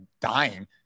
dying